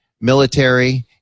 military